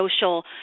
social